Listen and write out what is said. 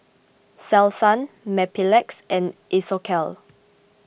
Selsun Mepilex and Isocal